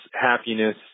happiness